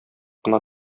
кына